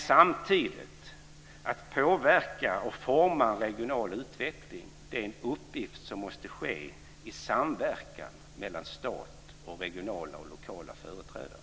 Samtidigt måste påverkan och formandet av den regionala utvecklingen ske i samverkan mellan stat och regionala och lokala företrädare.